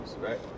right